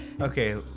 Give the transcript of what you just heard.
okay